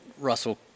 Russell